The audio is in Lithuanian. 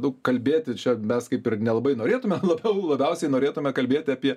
daug kalbėti čia mes kaip ir nelabai norėtume labiau labiausiai norėtume kalbėti apie